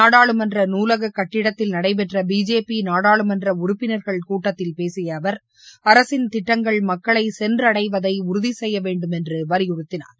நாடாளுமன்ற நூலக கட்டிடத்தில் நடைபெற்ற பிஜேபி நாடாளுமன்ற உறுப்பினர்கள் கூட்டத்தில் பேசிய அவர் அரசின் திட்டங்கள் மக்களை சென்றடைவதை உறுதி செய்ய வேண்டும் என்று வலியுறுத்தினார்